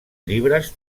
llibres